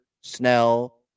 Snell